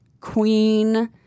Queen